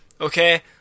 okay